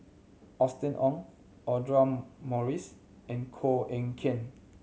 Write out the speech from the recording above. Austen Ong Audra Morrice and Koh Eng Kian